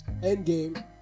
Endgame